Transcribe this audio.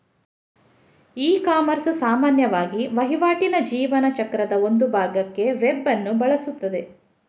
ecommerce ಸಾಮಾನ್ಯವಾಗಿ ವಹಿವಾಟಿನ ಜೀವನ ಚಕ್ರದ ಒಂದು ಭಾಗಕ್ಕೆ ವೆಬ್ ಅನ್ನು ಬಳಸುತ್ತದೆ